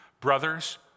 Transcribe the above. brothers